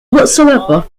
whatsoever